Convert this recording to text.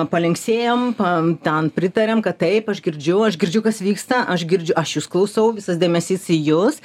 palinksėjom pa ten pritarėm kad taip aš girdžiu aš girdžiu kas vyksta aš girdžiu aš jus klausau visas dėmesys į jus